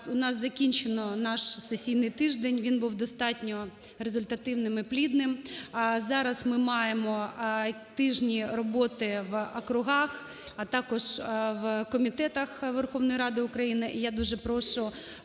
у нас закінчено наш сесійний тиждень, він був достатньо результативним і плідним. Зараз ми маємо тижні роботи в округах, а також в комітетах Верховної Ради України.